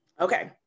Okay